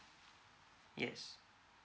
yes